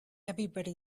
everybody